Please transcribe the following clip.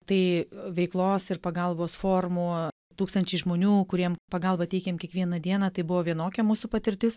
tai veiklos ir pagalbos formų tūkstančiai žmonių kuriem pagalba teikiam kiekvieną dieną tai buvo vienokia mūsų patirtis